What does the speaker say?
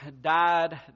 died